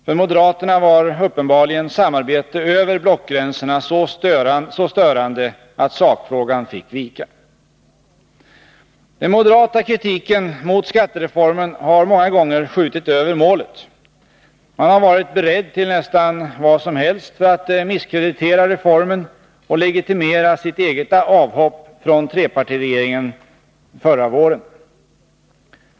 För moderaterna var uppenbarligen samarbete över blockgränserna så störande att sakfrågan fick vika. Den moderata kritiken mot skattereformen har många gånger skjutit över målet, man har varit beredd till nästan vad som helst för att misskreditera reformen och legitimera sitt eget avhopp från trepartiregeringen förra våren.